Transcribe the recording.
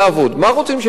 מה רוצים שהם יעשו?